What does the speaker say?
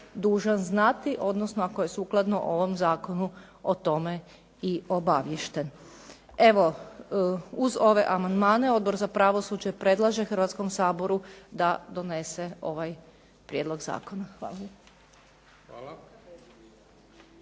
dužan znati odnosno ako je sukladno ovom zakonu o tome i obaviješten. Evo, uz ove amandmane Odbor predlaže Hrvatskom saboru da donese ovaj prijedlog zakona. Hvala